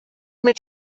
mit